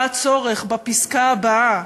בא הצורך בפסקה הבאה: